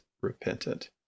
repentant